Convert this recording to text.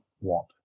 want